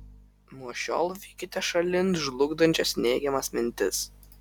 nuo šiol vykite šalin žlugdančias neigiamas mintis